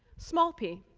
small p.